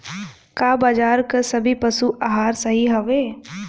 का बाजार क सभी पशु आहार सही हवें?